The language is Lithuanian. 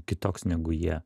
kitoks negu jie